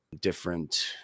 different